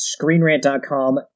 ScreenRant.com